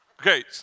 Okay